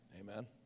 Amen